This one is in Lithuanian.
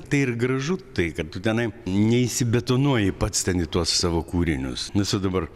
tai ir gražu tai kad tu tenai neįsibetonuoji pats ten į tuos savo kūrinius nes va dabar